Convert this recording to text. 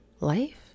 life